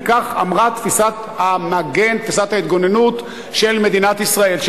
כי כך אמרה תפיסת ההתגוננות של מדינת ישראל,